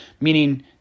meaning